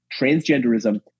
transgenderism